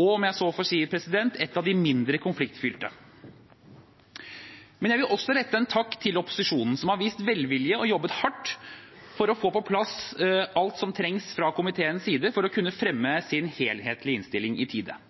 og om jeg får si: en av de mindre konfliktfylte. Jeg vil også rette en takk til opposisjonen, som har vist velvilje og jobbet hardt for å få på plass alt som trengs fra komiteens side for å kunne fremme sin helhetlige innstilling i tide.